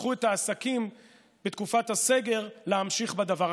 פתחו את העסקים בתקופת הסגר להמשיך בדבר.